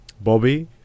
Bobby